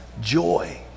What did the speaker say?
joy